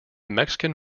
mexican